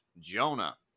Jonah